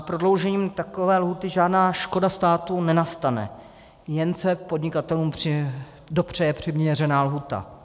Prodloužením takové lhůty žádná škoda státu nenastane, jen se podnikatelům dopřeje přiměřená lhůta.